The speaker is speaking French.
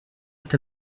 est